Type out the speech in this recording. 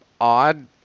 odd